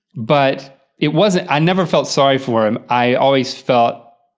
but it wasn't, i never felt sorry for him, i always felt,